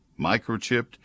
microchipped